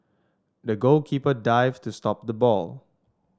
the goalkeeper dived to stop the ball